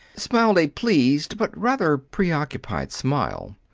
smiled a pleased but rather preoccupied smile.